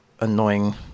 annoying